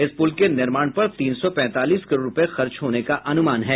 इस प्रल के निर्माण पर तीन सौ पैंतालीस करोड़ रूपये खर्च होने का अनुमान है